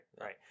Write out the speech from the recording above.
right